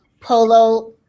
polo